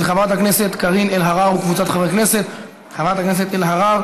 אני מוסיף לפרוטוקול גם את חבר הכנסת יהודה גליק כתומך.